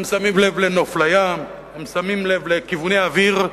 הם שמים לב לנוף לים, הם שמים לב לכיווני אוויר.